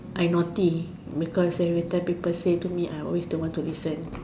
I naughty because every time people say to me I always don't want to listen